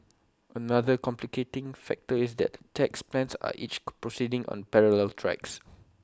another complicating factor is that tax plans are each proceeding on parallel tracks